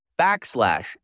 backslash